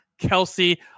Kelsey